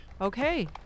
Okay